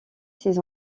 ces